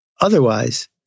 otherwise